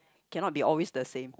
cannot be always the same